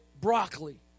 broccoli